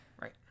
Right